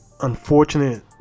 unfortunate